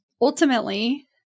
Ultimately